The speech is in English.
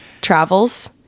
travels